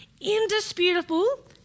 indisputable